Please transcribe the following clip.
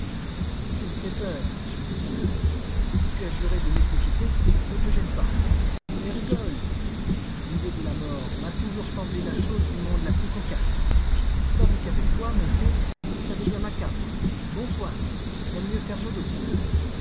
tu me fais peur disait-il si tu as juré de m'exécuter ne te gêne pas mais rigole l'idée de la mort m'a toujours semblé la chose du monde la plus cocasse tandis qu'avec toi mon vieux ça devient macabre bonsoir j'aime mieux faire dodo